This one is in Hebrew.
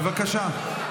בבקשה.